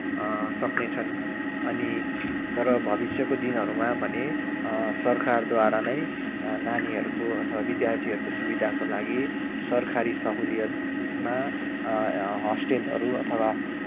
सक्नेछन् अनि तर भविष्यको दिनहरूमा भने सरकारद्वारा नै नानीहरूको अथवा विद्यार्थीहरूको सुविधाका लागि सरकारी सहुलियतमा होस्टेलहरू अथवा